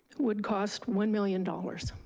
would cost one million dollars.